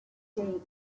jake